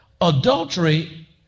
Adultery